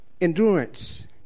endurance